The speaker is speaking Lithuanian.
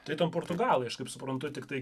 tai ten portugalai aš kaip suprantu tiktai